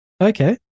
Okay